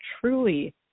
truly